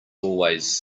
always